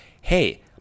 hey